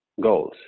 goals